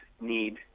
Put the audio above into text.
need